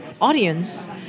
audience